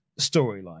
storyline